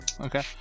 okay